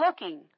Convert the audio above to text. looking